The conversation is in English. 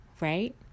Right